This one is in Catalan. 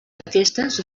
aquestes